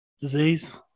Disease